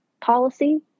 policy